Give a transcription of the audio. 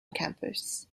campus